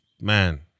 man